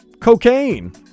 Cocaine